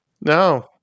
no